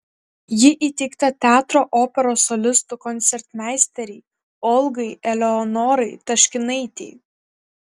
ji įteikta teatro operos solistų koncertmeisterei olgai eleonorai taškinaitei